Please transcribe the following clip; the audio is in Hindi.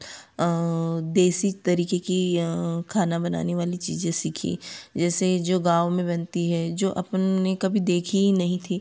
देसी तरीके की खाना बनाने वाली चीज़ें सीखी जैसे जो गाँव में बनती हैं जो अपन ने कभी देखी ही नहीं थी